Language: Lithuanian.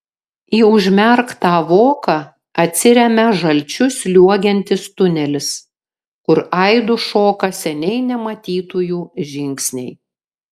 į užmerktą voką atsiremia žalčiu sliuogiantis tunelis kur aidu šoka seniai nematytųjų žingsniai